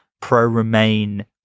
pro-remain